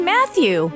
Matthew